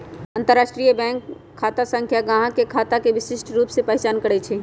अंतरराष्ट्रीय बैंक खता संख्या गाहक के खता के विशिष्ट रूप से पहीचान करइ छै